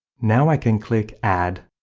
now i can click add.